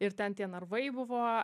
ir ten tie narvai buvo